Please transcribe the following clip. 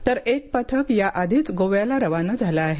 तर एक पथक या आधीच गोव्याला रवाना झालं आहे